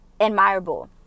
admirable